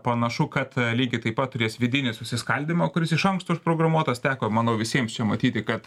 panašu kad lygiai taip pat turės vidinį susiskaldymą kuris iš anksto užprogramuotas teko manau visiems čia matyti kad